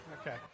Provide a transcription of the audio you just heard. okay